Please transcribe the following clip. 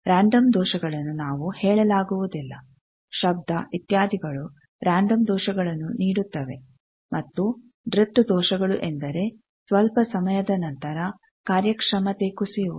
random ದೋಷಗಳನ್ನು ನಾವು ಹೇಳಲಾಗುವುದಿಲ್ಲ ಶಬ್ಧ ಇತ್ಯಾದಿಗಳು ರೆಂಡಮ್ ದೋಷಗಳನ್ನು ನೀಡುತ್ತವೆ ಮತ್ತು ಡ್ರಿಫ್ಟ್ ದೋಷಗಳು ಎಂದರೆ ಸ್ವಲ್ಪ ಸಮಯದ ನಂತರ ಕಾರ್ಯಕ್ಷಮತೆ ಕುಸಿಯುವುದು